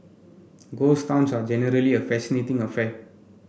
ghost towns are generally a fascinating affair